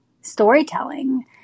storytelling